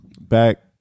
back